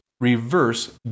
Reverse